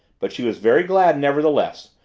but she was very glad, nevertheless,